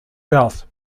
south